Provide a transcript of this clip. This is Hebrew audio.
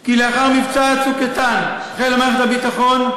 כי לאחר מבצע "צוק איתן" החלה מערכת הביטחון,